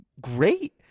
great